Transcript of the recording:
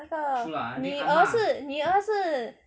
那个女儿是女儿是